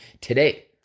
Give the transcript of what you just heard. today